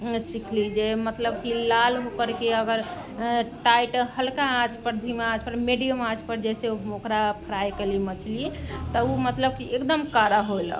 सिखली जे कि मतलब लाल करके अगर टाइट हल्का आँचपर धीमा आँचपर मीडियम आँचपर जैसे ओकरा फ्राइ कैली मछली तऽ उ मतलब कि एकदम काड़ा होइलक